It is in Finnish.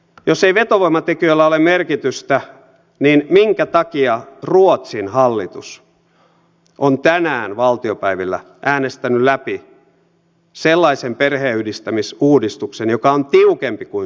jos ei vetovoimatekijöillä ole merkitystä niin minkä takia ruotsin hallitus on tänään valtiopäivillä äänestänyt läpi sellaisen perheenyhdistämisuudistuksen joka on tiukempi kuin suomen